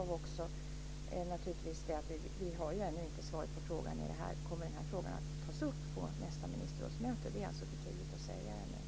Vi har ännu inte svaret på frågan om detta kommer att tas upp på nästa ministerrådsmöte. Det är för tidigt att säga ännu.